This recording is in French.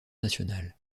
national